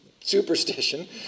superstition